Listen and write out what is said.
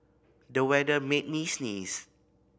the weather made me sneeze